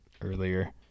earlier